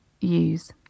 use